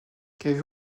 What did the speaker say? qu’avez